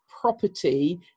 property